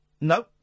No